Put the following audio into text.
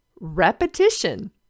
Repetition